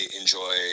enjoy